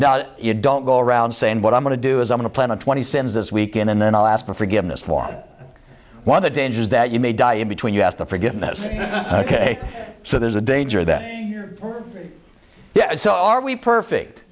now you don't go around saying what i'm going to do as i'm on a planet twenty cents this weekend and then i'll ask for forgiveness for one of the dangers that you may die in between us the forgiveness ok so there's a danger that yeah so are we perfect